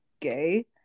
gay